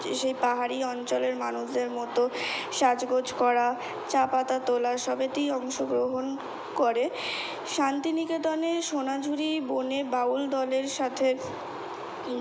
সে পাহাড়ি অঞ্চলের মানুষদের মতো সাজগোজ করা চা পাতা তোলা সবেতেই অংশগ্রহণ করে শান্তিনিকেতনে সোনাঝুরি বনে বাউল দলের সাথে